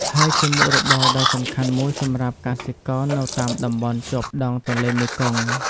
ហើយជាមុខរបរដ៏សំខាន់មួយសម្រាប់កសិករនៅតាមតំបន់ជាប់ដងទន្លេមេគង្គ។